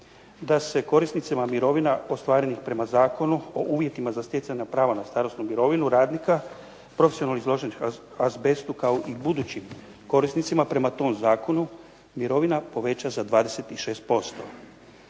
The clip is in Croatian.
da se korisnicima mirovina ostvarenih prema Zakonu o uvjetima za stjecanja prava na starosnu mirovinu radnika profesionalno izloženih azbestu kao i budućim korisnicima prema tom zakonu, mirovina poveća za 26%.